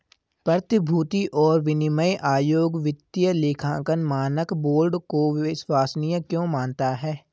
प्रतिभूति और विनिमय आयोग वित्तीय लेखांकन मानक बोर्ड को विश्वसनीय क्यों मानता है?